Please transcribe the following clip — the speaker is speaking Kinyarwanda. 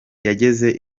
yageze